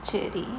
சரி:seri